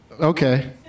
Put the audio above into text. okay